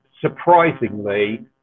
surprisingly